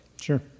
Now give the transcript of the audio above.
Sure